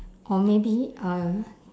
or maybe um